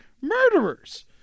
murderers